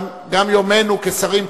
גם יומנו כשרים,